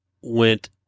went